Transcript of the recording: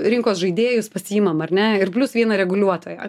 rinkos žaidėjus pasiimam ar ne ir plius vieną reguliuotoją